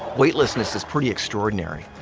weightlessness is pretty extraordinary.